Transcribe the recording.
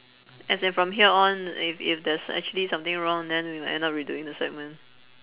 as in from here on if if there's actually something wrong then we willll end up redoing the segment